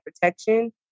protection